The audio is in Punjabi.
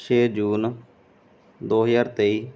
ਛੇ ਜੂਨ ਦੋ ਹਜ਼ਾਰ ਤੇਈ